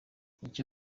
icyo